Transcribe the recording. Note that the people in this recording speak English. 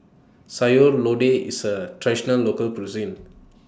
Sayur Lodeh IS A Traditional Local Cuisine